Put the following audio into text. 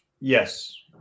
yes